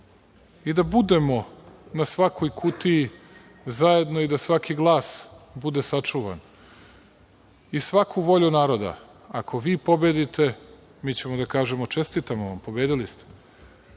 i da budemo na svakoj kutiji zajedno, i da svaki glas bude sačuvan, i svaku volju naroda. Ako vi pobedite, mi ćemo da kažemo – čestitamo vam, pobedili ste.